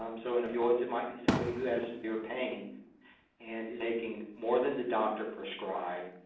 um so in opioids, it might be somebody who has severe pain and is taking more than the doctor prescribed